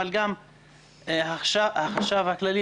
אבל גם החשב הכללי,